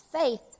faith